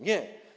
Nie.